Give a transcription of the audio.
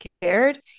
cared